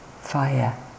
fire